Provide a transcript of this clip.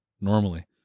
normally